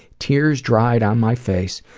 tears dried on my face,